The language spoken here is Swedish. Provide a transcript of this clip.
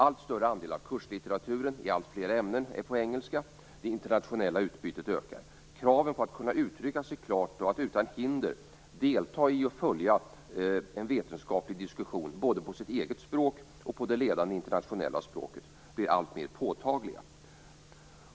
Allt större andel av kurslitteraturen i alltfler ämnen är på engelska. Det internationella utbytet ökar. Kraven på att kunna uttrycka sig klart och att utan hinder delta i och följa en vetenskaplig diskussion både på sitt eget språk och på det ledande internationella språket blir alltmer påtagliga.